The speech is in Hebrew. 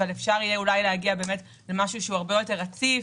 אפשר יהיה אולי להגיע למשהו שהוא הרבה יותר רציף,